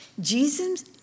Jesus